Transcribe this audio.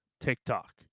TikTok